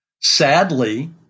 Sadly